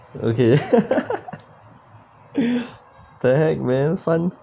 okay the heck man fun